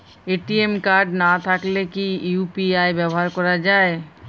ATM card না থাকলে কি ইউ.পি.আই ব্যবহার করা য়ায়?